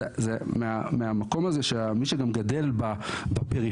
אז מהמקום הזה שמי שגם גדל בפריפריה,